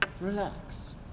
relax